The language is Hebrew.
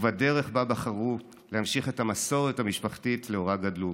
ובדרך שבה בחרו להמשיך את המסורת המשפחתית שלאורה גדלו: